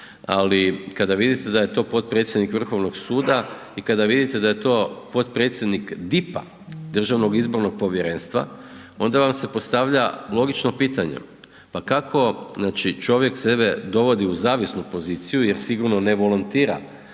ali kada vidite da je to potpredsjednik Vrhovnog suda i kada vidite da je to potpredsjednik DIP-a, Državnog izbornog povjerenstva onda vam se postavlja logično pitanje. Pa kako znači čovjek sebe dovodi u zavisnu poziciju jer sigurno ne volontira